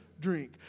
drink